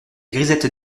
grisettes